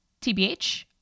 TBH